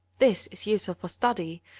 this is useful for study,